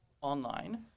online